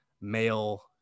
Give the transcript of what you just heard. male